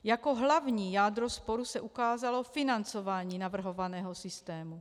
Jako hlavní jádro sporu se ukázalo financování navrhovaného systému.